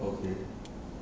okay